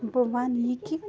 بہٕ وَنہٕ یہِ کہِ